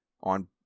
on